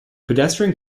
pedestrian